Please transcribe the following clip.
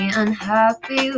unhappy